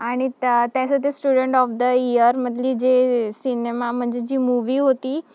आणि त्या त्याचं ते स्टुडंट ऑफ द इयरमधली जे सिनेमा म्हणजे जी मूवी होती